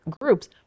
groups